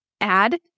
Add